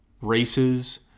races